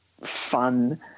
fun